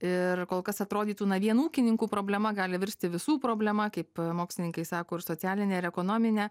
ir kol kas atrodytų na vien ūkininkų problema gali virsti visų problema kaip mokslininkai sako ir socialinė ir ekonominė